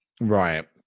Right